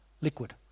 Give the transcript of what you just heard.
liquid